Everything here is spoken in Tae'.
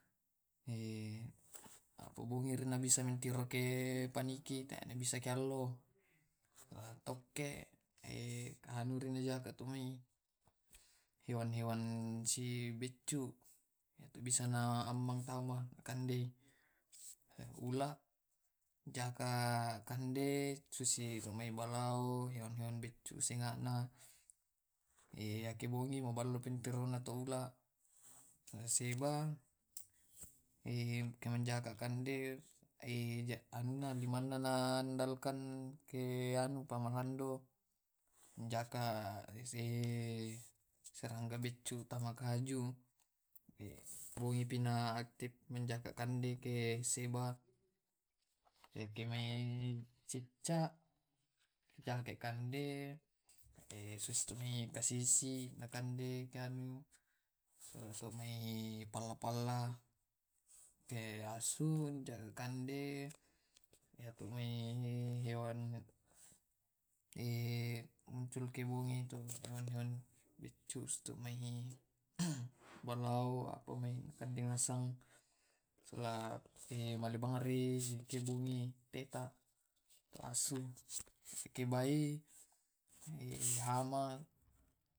Sembarang mo naola mala te na ala kande kande sisa sisa kande, iyadio balao mala na kande comberan, mua te ula’ mala na kande bua buahang di buttu, sembarang na kande ula, mua siba anu na kajuande manu na kande, mua cicca jo anu di palpon palpon banua ma kande, iya te asu mala na kande sisa sia kande ato sembarang na kande tulang tulang kah na kande nasang, iya te bai na kurung taunna.